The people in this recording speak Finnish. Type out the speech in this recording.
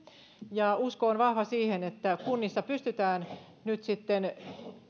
ja usko on vahva siihen että kunnissa pystytään nyt sitten